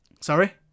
Sorry